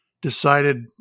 decided